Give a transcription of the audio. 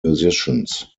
musicians